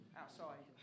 outside